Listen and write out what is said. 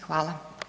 Hvala.